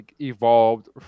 evolved